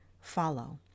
follow